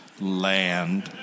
land